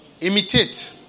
Imitate